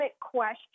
question